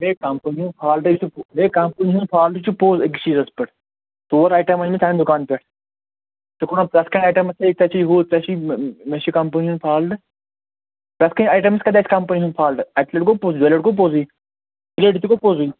ہے company ہُنٛد fault ہَے چھُ ہَے کمپٔنی ہُنٛد فالٹ چھُ پوٚز أکِس چیٖزس پیٚٹھ ژور ایٹم أنۍ مےٚ چانہِ دُکانہٕ پیٚٹھ ژٕ چھُکھ ونان پرٛتھ کُنہِ ایٹمس ژےٚ چھُے ہُو ژےٚ چھُے مےٚ چھِ کمپٔنی ہُنٛد فالٹہٕ پرٛتھ کُنہِ ایٹمس کتہِ آسہِ کمپٔنی ہُنٛد فالٹہٕ اَکہِ لٹہِ گوٚو پوٚزُے دۄیہِ لٹہِ گوٚو پوٚزُے ترٛیہِ لٹہِ تہِ گوٚو پوٚزُے